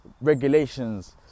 regulations